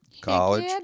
college